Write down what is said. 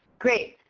great.